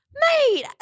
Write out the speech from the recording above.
Mate